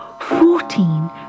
fourteen